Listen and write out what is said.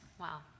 Wow